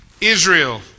Israel